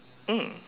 mm